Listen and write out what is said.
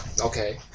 Okay